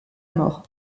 mort